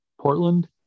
Portland